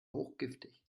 hochgiftig